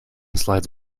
slides